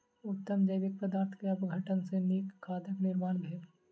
उत्तम जैविक पदार्थ के अपघटन सॅ नीक खादक निर्माण भेल